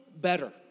better